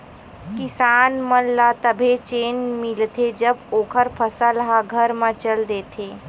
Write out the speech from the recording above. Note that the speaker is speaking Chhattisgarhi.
किसान मन ल तभे चेन मिलथे जब ओखर फसल ह घर म चल देथे